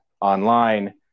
online